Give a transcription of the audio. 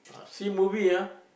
see movie ah